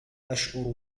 أشعر